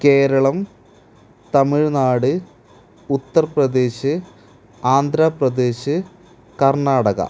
Keralam Tamil Nadu Uttar Pradesh Andhra Pradesh Karnataka